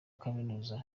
kaminuza